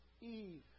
Eve